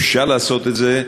אפשר לעשות את זה,